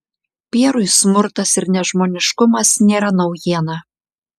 pierui smurtas ir nežmoniškumas nėra naujiena